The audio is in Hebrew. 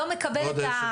לא מקבל את ה